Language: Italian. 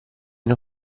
non